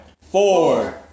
four